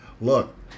look